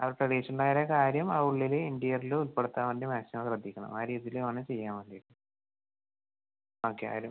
അത് ട്രഡീഷണലായ കാര്യം ആ ഉള്ളില് ഇൻറ്റീരിയറില് ഉൾപ്പെടുത്താൻ വേണ്ടി മാക്സിമം ശ്രദ്ധിക്കണം ആ രീതിയില് വേണം ചെയ്യാൻ വേണ്ടീട്ട് ഓക്കെ ആരും